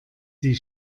sie